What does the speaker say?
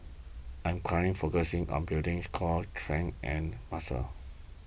I'm current focusing on building core strength and muscle